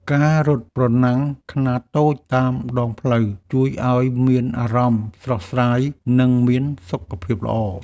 ការរត់ប្រណាំងខ្នាតតូចតាមដងផ្លូវ ជួយឱ្យមានអារម្មណ៍ស្រស់ស្រាយ និងមានសុខភាពល្អ។